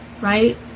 right